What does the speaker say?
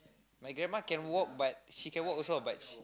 my grandma can walk but she can walk also ah but she